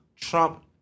Trump